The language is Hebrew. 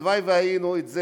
הלוואי שאת זה היינו,